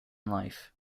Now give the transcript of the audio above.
life